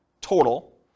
total